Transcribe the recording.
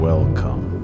Welcome